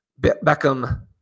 Beckham